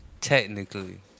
Technically